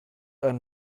ein